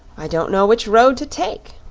i don't know which road to take.